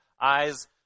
eyes